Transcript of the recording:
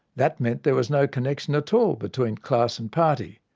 that meant there was no connection at all between class and party.